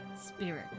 spirit